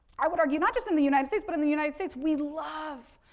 i would argue, not just in the united states but in the united states, we love,